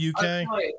UK